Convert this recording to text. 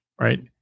right